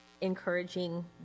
encouraging